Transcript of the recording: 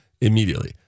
immediately